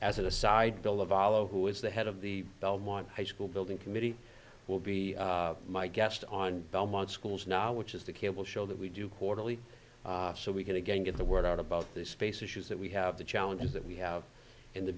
alo who is the head of the belmont high school building committee will be my guest on belmont schools now which is the cable show that we do quarterly so we can again get the word out about this space issues that we have the challenges that we have and the